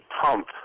pump